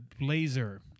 laser